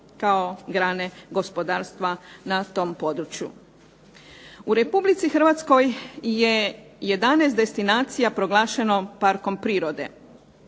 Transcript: kao grane gospodarstva na tom području. U RH je 11 destinacija proglašeno Parkom prirode.